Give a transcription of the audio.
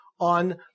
on